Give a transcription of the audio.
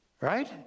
Right